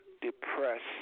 depressed